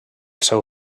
seu